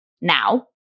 now